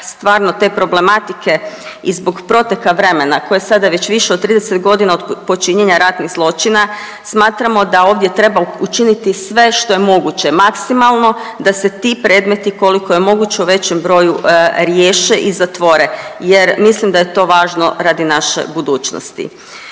stvarno te problematike i zbog proteka vremena, koje je sada već više od 30.g. od počinjenja ratnih zločina, smatramo da ovdje treba učiniti sve što je moguće maksimalno da se ti predmeti koliko je moguće u većem broju riješe i zatvore jer mislim da je to važno radi naše budućnosti.